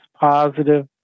positive